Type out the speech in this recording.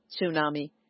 tsunami